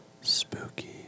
spooky